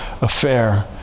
affair